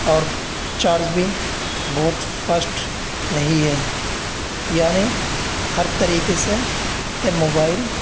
اور چارج بھی بہت فاسٹ نہیں ہے یعنی ہر طریقے سے یہ موبائل